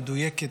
מדויקת,